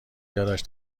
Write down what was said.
داداش